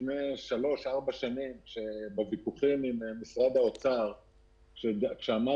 לפני שלוש-ארבע שנים בוויכוחים עם משרד האוצר כשאמרתי